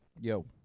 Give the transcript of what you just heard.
Yo